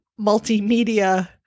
multimedia